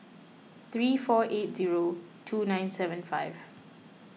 three four eight zero two nine seven five